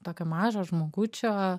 tokio mažo žmogučio